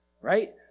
Right